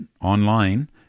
online